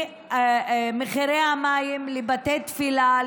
במחירי המים לבתי תפילה,